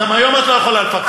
גם היום את לא יכולה לפקח.